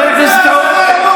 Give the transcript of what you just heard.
אני גאה בזה, עופר כסיף,